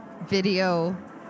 video